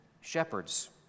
shepherds